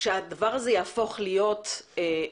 שהדבר הזה יהיה יעיל,